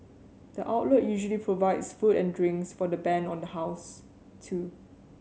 the outlet usually provides food and drinks for the band on the house too